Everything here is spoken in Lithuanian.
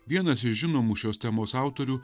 vienas iš žinomų šios temos autorių